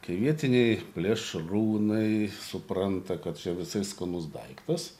kai vietiniai plėšrūnai supranta kad čia visai skanus daiktas